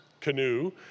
canoe